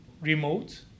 remote